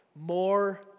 more